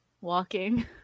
Walking